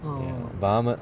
but 她们